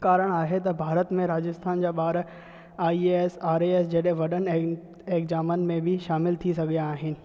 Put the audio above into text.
कारणु आहे त भारत में राजस्थान जा ॿार I A S R A S जॾहिं वॾनि एग एग्ज़ामनि में बि शामिलु थी सघिया आहिनि